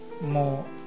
more